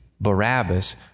Barabbas